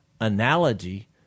analogy